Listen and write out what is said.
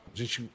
gente